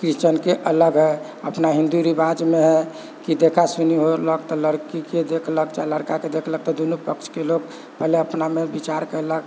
क्रिश्चिअनके अलग हइ अपना हिन्दू रिवाजमे हइ कि देखा सुनि हो रहलक तऽ लड़कीके देखलक चाहे लड़काके देखलक तऽ दुनू पक्षके लोक पहिले अपनामे विचार कएलक